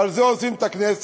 ועל זה אוספים את הכנסת,